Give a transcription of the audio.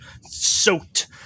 soaked